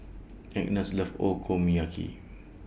Agnes loves